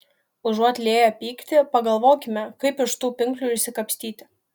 užuot lieję pyktį pagalvokime kaip iš tų pinklių išsikapstyti